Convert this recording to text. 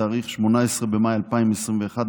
בתאריך 18 במאי 2021,